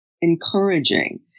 encouraging